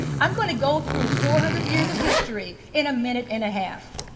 i'm going to go through four hundred years of history in a minute and a half.